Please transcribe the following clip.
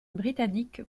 britannique